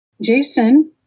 Jason